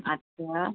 अच्छा